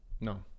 No